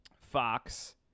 Fox